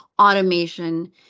automation